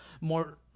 more